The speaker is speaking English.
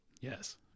Yes